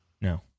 No